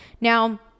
Now